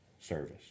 service